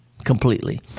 completely